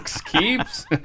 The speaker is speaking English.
Keeps